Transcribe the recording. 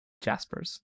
jaspers